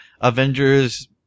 Avengers